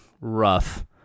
rough